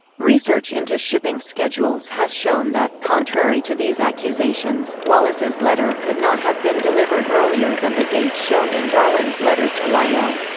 research into shipping schedules has shown that, contrary to these accusations, wallace's letter could not have been delivered earlier than the date shown in darwin's letter to lyell.